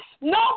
No